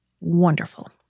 wonderful